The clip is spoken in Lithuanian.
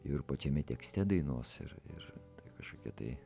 ir pačiame tekste dainos ir ir kažkokie tai